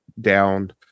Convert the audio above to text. down